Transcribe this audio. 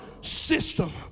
system